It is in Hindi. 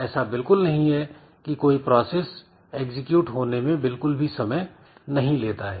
ऐसा बिल्कुल नहीं है कि कोई प्रोसेस एग्जीक्यूट होने में बिल्कुल भी समय नहीं लेता है